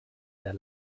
der